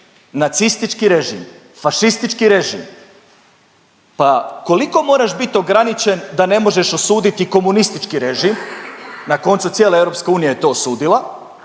nacistički režim, fašistički režim pa koliko moraš bit ograničen da ne možeš osuditi komunistički režim. Na koncu cijela EU je to osudila.